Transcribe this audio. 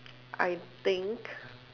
I think